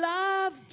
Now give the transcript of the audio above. love